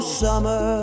summer